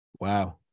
Wow